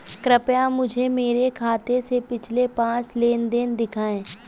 कृपया मुझे मेरे खाते से पिछले पांच लेन देन दिखाएं